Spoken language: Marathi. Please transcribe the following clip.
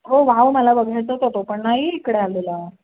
हो वाव मला बघायचा आहे गं तो पण नाही इकडे आलेला